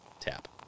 Tap